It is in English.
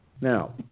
Now